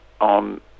on